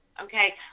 Okay